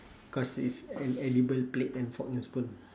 cause it's an edible plate and fork and spoon